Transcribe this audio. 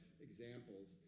examples